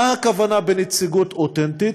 מה הכוונה בנציגות אותנטית?